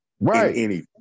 Right